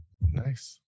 Nice